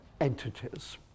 entities